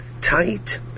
tight